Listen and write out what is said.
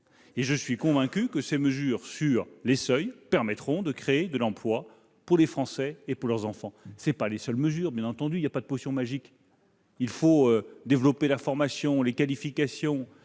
Et je suis convaincu que ces mesures relatives aux seuils permettront de créer de l'emploi pour les Français et pour leurs enfants. Elles seules ne suffiront pas, bien entendu, il n'y a pas de potion magique, et il faut développer la formation, les qualifications,